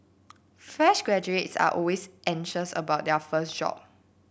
fresh graduates are always anxious about their first job